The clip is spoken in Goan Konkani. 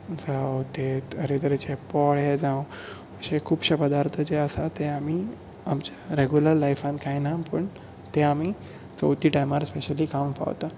जावं ते तरे तरेचे पोळे जावं अशे खुबशे पदार्थ जे आसात ते आमी आमच्या रेगुलर लायफांत खायना पण ते आमी चवथी टायमार स्पेशली खावंक पावतात